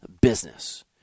business